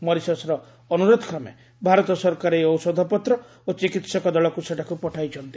ମରିସସ୍ର ଅନ୍ଦ୍ରରୋଧ କ୍ରମେ ଭାରତ ସରକାର ଏହି ଔଷଧପତ୍ର ଓ ଚିକିତ୍ସକ ଦଳଙ୍କୁ ସେଠାକୁ ପଠାଇଛନ୍ତି